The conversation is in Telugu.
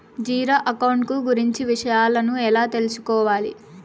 జీరో అకౌంట్ కు గురించి విషయాలను ఎలా తెలుసుకోవాలి?